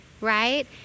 right